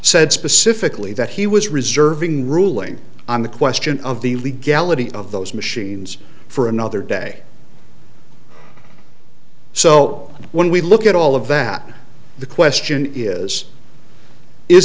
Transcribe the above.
said specifically that he was reserving ruling on the question of the legality of those machines for another day so when we look at all of that the question is is